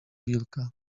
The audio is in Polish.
wilka